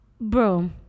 bro